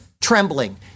trembling